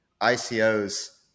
ICOs